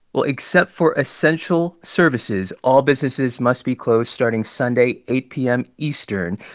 well, except for essential services, all businesses must be closed starting sunday eight p m. eastern.